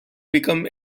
became